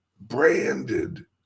branded